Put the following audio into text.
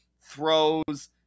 throws